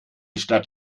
stadt